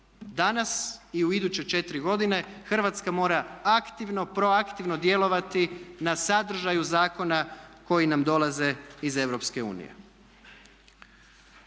Danas i u iduće 4 godine Hrvatska mora aktivno, proaktivno djelovati na sadržaju zakona koji nam dolaze iz